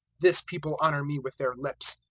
this people honour me with their lips,